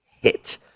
hit